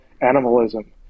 animalism